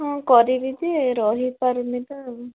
ହଁ କରିବି ଯେ ରହି ପାରୁନି ତ ଆଉ